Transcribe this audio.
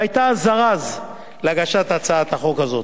והיתה הזרז להצעת החוק הזאת.